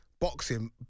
boxing